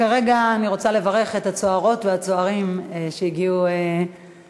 כרגע אני רוצה לברך את הצוערות והצוערים שהגיעו לכנסת.